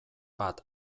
bat